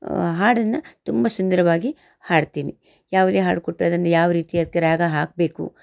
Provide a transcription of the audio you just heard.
ಹಾಡನ್ನ ತುಂಬ ಸುಂದರವಾಗಿ ಹಾಡ್ತೀನಿ ಯಾವುದೇ ಹಾಡು ಕೊಟ್ಟರೆ ಅದನ್ನ ಯಾವ ರೀತಿ ಅದ್ಕೆ ರಾಗ ಹಾಕಬೇಕು